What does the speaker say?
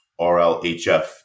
RLHF